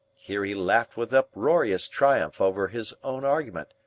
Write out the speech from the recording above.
here he laughed with uproarious triumph over his own argument.